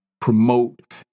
promote